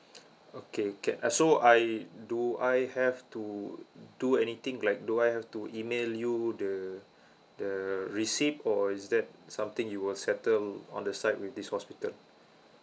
okay can uh so I do I have to do anything like do I have to email you the the receipt or is that something you will settle on the side with this hospital